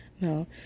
No